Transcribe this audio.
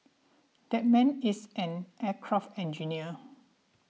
that man is an aircraft engineer